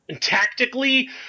Tactically